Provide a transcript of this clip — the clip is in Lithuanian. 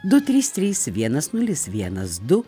du trys trys vienas nulis vienas du